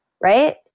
right